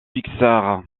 pixar